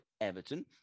Everton